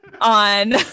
on